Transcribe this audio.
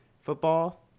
football